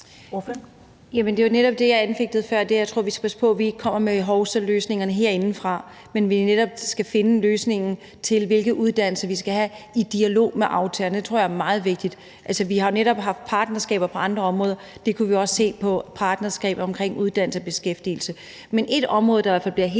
det var netop det, jeg anfægtede før. Jeg tror, at vi skal passe på, at vi ikke kommer med hovsaløsninger herindefra, men at vi netop skal finde løsningerne til, hvilke uddannelser vi skal have, i dialog med aftagerne – det tror jeg er meget vigtigt. Altså, vi har jo netop haft partnerskaber på andre områder; det kunne vi også se på i forbindelse med uddannelse og beskæftigelse. Men et område, som i hvert fald bliver helt